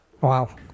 Wow